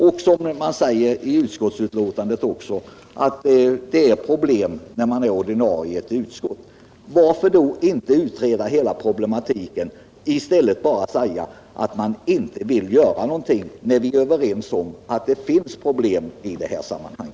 Det framhålls också i utskottsbetänkandet att det är svårt att samtidigt vara ordinarie ledamot av ett utskott. Varför då inte utreda hela problematiken i stället för att säga att man inte vill göra någonting? Vi är ju överens om att det finns problem i detta sammanhang.